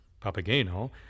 Papageno